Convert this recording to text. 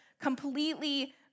completely